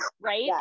right